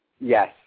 Yes